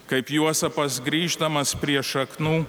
kaip juozapas grįždamas prie šaknų